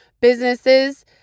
businesses